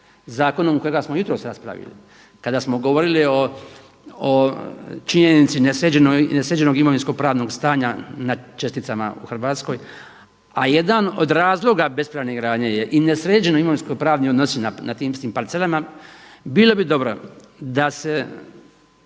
zakonom kojega smo jutros raspravili kada smo govorili o činjenici nesređenog imovinsko-pravnog stanja na česticama u Hrvatskoj, a jedan od razloga bespravne gradnje je i nesređeni imovinsko-pravni odnosi na tim svim parcelama bilo bi dobro da se